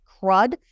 crud